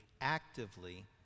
actively